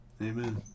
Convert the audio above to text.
amen